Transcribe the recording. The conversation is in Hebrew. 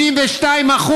62%,